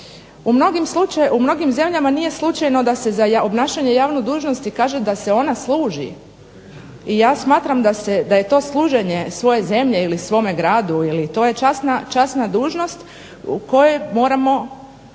U mnogim zemljama nije slučajno da se za obnašanje javne dužnosti kaže da se ona služi. I ja smatram da je to služenje svojoj zemlji ili svome gradu i to je časna dužnost kojoj moramo